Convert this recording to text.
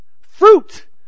Fruit